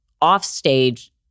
offstage